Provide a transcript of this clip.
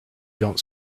don’t